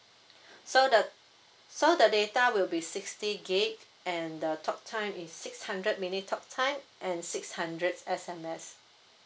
so the so the data will be sixty gig and the talk time is six hundred minute talk time and six hundreds S_M_S